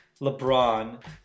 LeBron